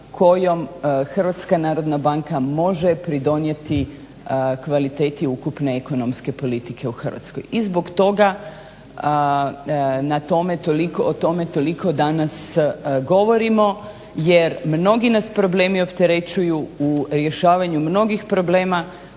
ekonomska struka kojom HNB može pridonijeti kvaliteti ukupne ekonomske politike u Hrvatskoj. I zbog toga o tome toliko danas govorimo jer mnogi nas problemi opterećuju, u rješavanju mnogih problema